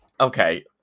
Okay